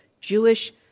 Jewish